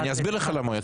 אסביר לך למה הוא יצא.